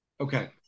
Okay